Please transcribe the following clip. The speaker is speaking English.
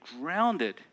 grounded